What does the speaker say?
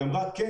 היא אמרה: כן,